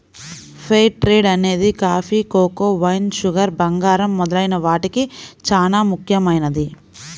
fair trade అనేది coffee, cocoa, wine, sugar, బంగారం మొదలైన వాటికి చానా ముఖ్యమైనది